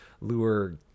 lure